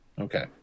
okay